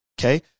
okay